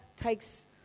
takes